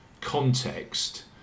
context